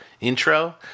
intro